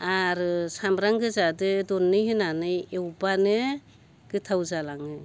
आरो सामब्राम गोजा जों दरनै होनानै एवबानो गोथाव जालाङो